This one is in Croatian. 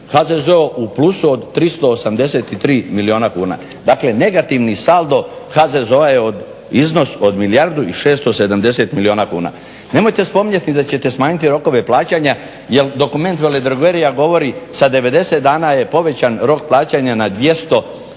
HZZO u plusu od 383 milijuna kuna. Dakle negativni saldo HZZO-a je iznos od milijardu i 670 milijuna kuna. Nemojte spominjati da ćete smanjiti rokove plaćanja jel dokument Veledrogerija govori sa 90 dana je povećan rok plaćanja na 250%.